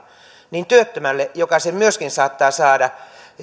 niin työttömälle joka myöskin saattaa sen saada